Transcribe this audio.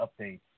update